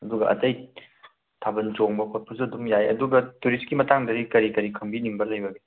ꯑꯗꯨꯒ ꯑꯇꯩ ꯊꯥꯕꯜ ꯆꯣꯡꯕ ꯈꯣꯠꯄꯁꯨ ꯑꯗꯨꯝ ꯌꯥꯏ ꯑꯗꯨꯒ ꯇꯧꯔꯤꯁꯀꯤ ꯃꯇꯥꯡꯗꯗꯤ ꯀꯔꯤ ꯀꯔꯤ ꯈꯪꯕꯤꯅꯤꯡꯕ ꯂꯩꯕꯒꯦ